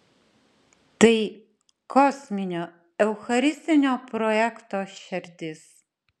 tai kosminio eucharistinio projekto šerdis